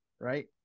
right